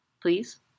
Please